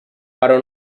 però